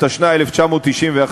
התשנ"א 1991,